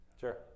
Sure